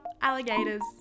alligators